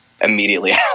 immediately